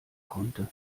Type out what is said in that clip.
konnte